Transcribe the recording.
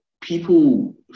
people